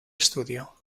estudio